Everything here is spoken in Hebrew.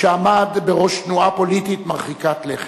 שעמד בראש תנועה פוליטית מרחיקת לכת.